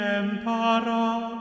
emperor